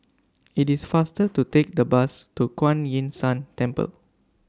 IT IS faster to Take The Bus to Kuan Yin San Temple